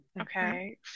Okay